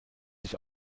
sich